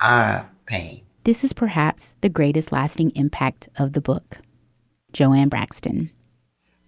i pay this is perhaps the greatest lasting impact of the book joanne braxton